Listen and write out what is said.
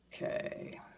Okay